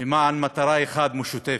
למען מטרה אחת משותפת,